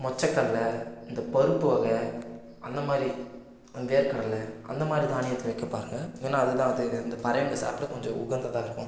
மொச்சக்கடலை இந்த பருப்பு வகை அந்தமாதிரி வேர்கடலை அந்தமாதிரி தானியத்தை வைக்க பாருங்க ஏன்னா அதுதான் அது இந்த பறவைங்க சாப்பிட கொஞ்சம் உகந்ததாக இருக்கும்